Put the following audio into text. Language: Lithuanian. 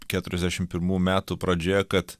keturiasdešim pirmų metų pradžioje kad